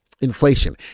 inflation